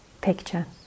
picture